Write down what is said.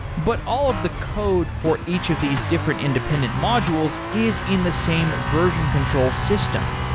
but all of the code for each of these different independent modules is in the same version control system.